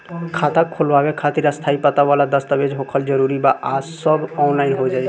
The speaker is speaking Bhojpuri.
खाता खोलवावे खातिर स्थायी पता वाला दस्तावेज़ होखल जरूरी बा आ सब ऑनलाइन हो जाई?